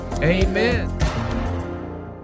Amen